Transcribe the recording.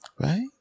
right